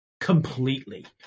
completely